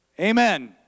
Amen